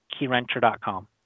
KeyRenter.com